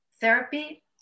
therapy